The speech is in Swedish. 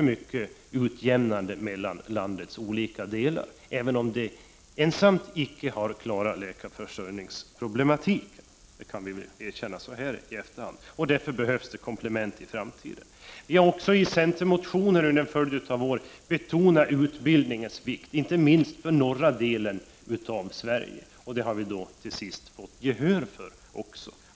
mycket utjämnande mellan landets olika delar, även om det icke ensamt har klarat problemet med läkarförsörjningen — det kan vi väl erkänna så här i efterhand. Därför behövs det komplement i framtiden. Vi har också under en följd av år i centermotioner betonat utbildningens vikt, inte minst för den norra delen av Sverige, och det har vi till sist fått gehör för.